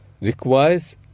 requires